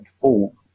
formed